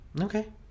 Okay